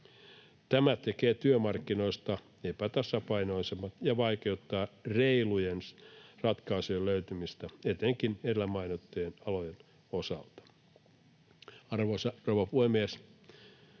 Tämä tekee työmarkkinoista epätasapainoisemmat ja vaikeuttaa reilujen ratkaisujen löytymistä, etenkin edellä mainittujen alojen osalta. Arvoisa rouva puhemies!